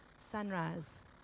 sunrise